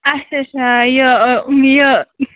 اَچھا اَچھا یہِ یہِ